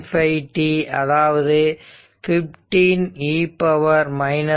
5t அதாவது 15e 0